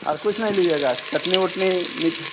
और कुछ नहीं लीजिएगा चटनी ओटनी मीठा